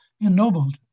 ennobled